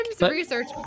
research